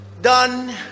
done